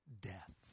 death